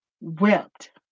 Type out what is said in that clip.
wept